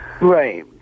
Right